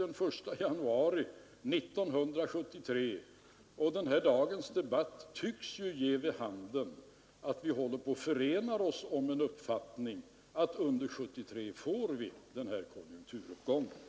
Den nu kontroversiella höjningen träder i kraft den 1 januari 1973, och denna dags debatt tycks ju ge vid handen att vi håller på att förena oss om en uppfattning att en konjunkturuppgång kommer under 1973.